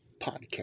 podcast